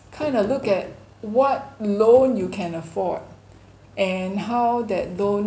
kinda look at what loan you can afford and how that loan